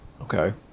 Okay